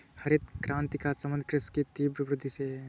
हरित क्रान्ति का सम्बन्ध कृषि की तीव्र वृद्धि से है